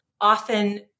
often